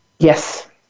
yes